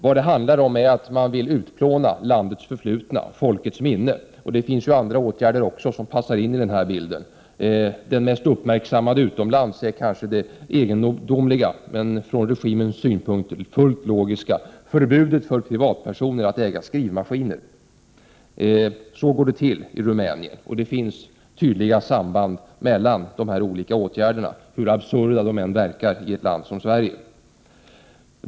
Vad det handlar om är att man vill utplåna landets förflutna ur folkets minne, och det finns också andra åtgärder som passar in i den bilden. Den utomlands mest uppmärksammade är kanske det egendomliga men från regimens synpunkt fullt logiska förbudet för privatpersoner att äga skrivmaskiner. Så går det till i Rumänien, och det finns tydliga samband mellan de här olika åtgärderna, hur absurda de än verkar i ett land som Sverige.